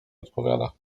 odpowiada